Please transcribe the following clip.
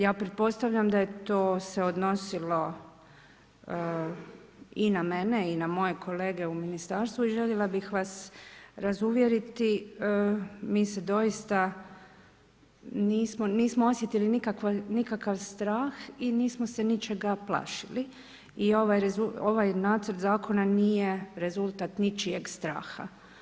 Ja pretpostavljam da je to se odnosilo i na mene i na moje kolege u ministarstvu i željela bi vas razuvjeriti, mi se dosita, nismo osjetili nikav strah i nismo se ničega plašili i ovaj nacrt zakona nije rezultat ničijeg straha.